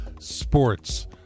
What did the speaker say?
sports